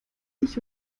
ich